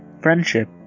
friendship